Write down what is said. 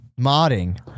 Modding